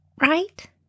right